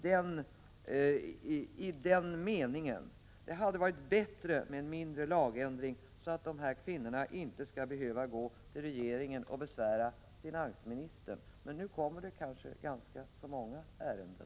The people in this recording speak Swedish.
Det hade varit bättre med en mindre lagändring, så att dessa kvinnor inte skall behöva gå till regeringen och besvära finansministern. Nu kommer det kanske ganska många ärenden.